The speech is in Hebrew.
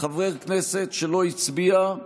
חבר כנסת שלא הצביע,